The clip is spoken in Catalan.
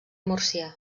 murcià